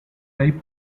type